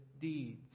deeds